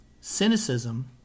Cynicism